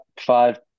five